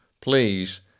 Please